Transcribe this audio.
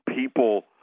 people